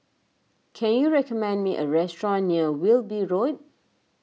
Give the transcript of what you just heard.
can you recommend me a restaurant near Wilby Road